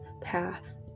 path